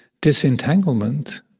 disentanglement